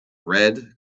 red